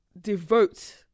devote